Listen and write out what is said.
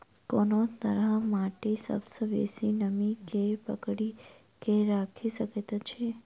कोन तरहक माटि सबसँ बेसी नमी केँ पकड़ि केँ राखि सकैत अछि?